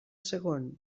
segon